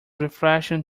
refreshing